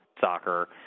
soccer